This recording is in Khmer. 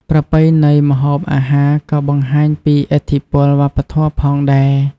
ប្រពៃណីម្ហូបអាហារក៏បង្ហាញពីឥទ្ធិពលវប្បធម៌ផងដែរ។